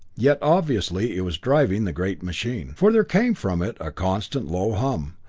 yet obviously it was driving the great machine, for there came from it a constant low hum,